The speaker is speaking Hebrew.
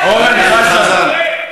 אורן חזן,